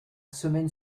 semaine